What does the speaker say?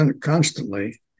constantly